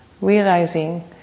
realizing